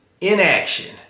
inaction